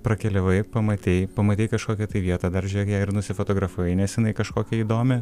prakeliavai pamatei pamatei kažkokią vietą dar žiūrėk ją ir nusifotografavai neseniai kažkokią įdomią